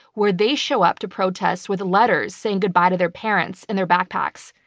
where they show up to protest with a letter saying goodbye to their parents in their backpacks,